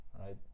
right